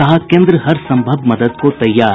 कहा केन्द्र हर सम्भव मदद को तैयार